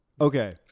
okay